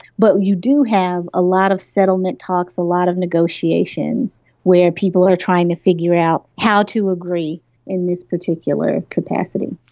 but we do have a lot of settlement talks, a lot of negotiations where people are trying to figure out how to agree in this particular capacity.